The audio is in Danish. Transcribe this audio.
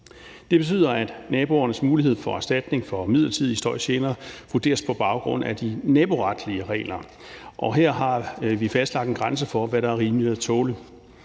Det betyder, at naboernes mulighed for erstatning for midlertidige støjgener vurderes på baggrund af de naboretlige regler. Her har vi fastlagt en grænse for, hvad der er rimeligt at tåle.